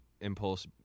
impulse